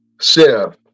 Chef